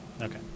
Okay